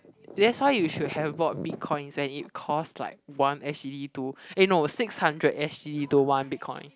that's why you should have bought Bitcoins when it costs like one S_G_D to eh no six hundred S_G_D to one bitcoin